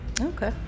Okay